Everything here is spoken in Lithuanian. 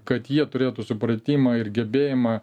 kad jie turėtų supratimą ir gebėjimą